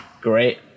great